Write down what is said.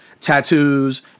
tattoos